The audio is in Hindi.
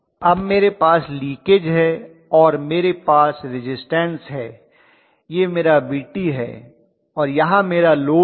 अब मेरे पास लीकेज है और मेरे पास रिज़िस्टन्स है यह मेरा Vt है और यहां मेरा लोड है